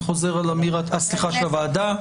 של הוועדה.